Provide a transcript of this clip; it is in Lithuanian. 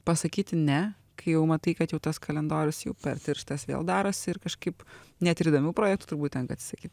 pasakyti ne kai jau matai kad jau tas kalendorius jau per tirštas vėl darosi ir kažkaip net ir įdomių projektų turbūt tenka atsisakyt